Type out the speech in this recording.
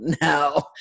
no